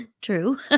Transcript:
True